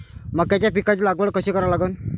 मक्याच्या पिकाची लागवड कशी करा लागन?